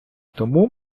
тому